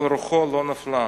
אבל רוחו לא נפלה.